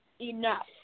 enough